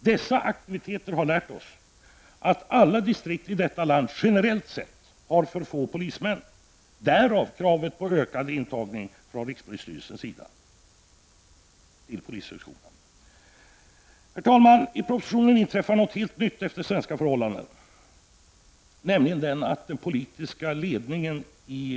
Dessa aktiviteter har lärt oss att alla distrikt i detta land generellt sett har för få polismän. Därav följer kravet från rikspolisstyrelsen på ökad intagning till polishögskolan. Herr talman! I propositionen inträffar något helt nytt efter svenska förhållanden, nämligen det att den politiska ledningen